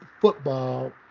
football